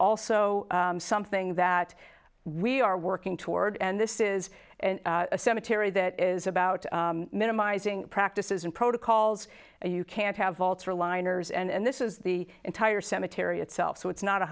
also something that we are working toward and this is a cemetery that is about minimizing practices and protocols and you can't have altar liners and this is the entire cemetery itself so it's not a